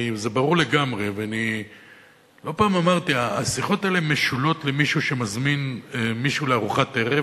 לא פעם אמרתי: השיחות האלה משולות למישהו שמזמין מישהו לארוחת ערב,